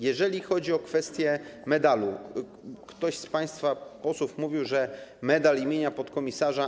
Jeżeli chodzi o kwestię medalu, to ktoś z państwa posłów mówił, że medal im. podkom.